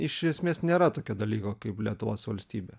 iš esmės nėra tokio dalyko kaip lietuvos valstybė